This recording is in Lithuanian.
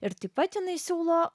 ir taip pat jinai siūlo